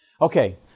Okay